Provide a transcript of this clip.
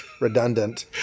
redundant